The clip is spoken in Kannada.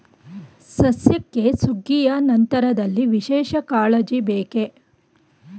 ಸಸ್ಯಕ್ಕೆ ಸುಗ್ಗಿಯ ನಂತರದಲ್ಲಿ ವಿಶೇಷ ಕಾಳಜಿ ಬೇಕೇ?